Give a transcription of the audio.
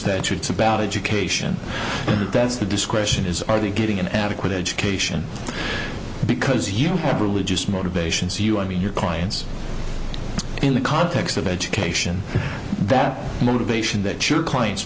statutes about education that's the discretion is are they getting an adequate education because you have religious motivations you i mean your clients in the context of education that motivation that your clients